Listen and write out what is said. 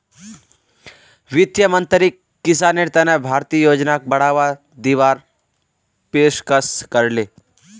वित्त मंत्रीक किसानेर तने भारतीय योजनाक बढ़ावा दीवार पेशकस करले